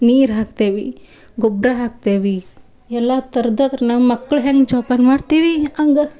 ನೀರು ಹಾಕ್ತೇವಿ ಗೊಬ್ಬರ ಹಾಕ್ತೇವಿ ಎಲ್ಲ ಥರ್ದಾದ್ರು ನಮ್ಮಕ್ಳು ಹೆಂಗೆ ಜೋಪಾನ ಮಾಡ್ತೀವಿ ಹಂಗ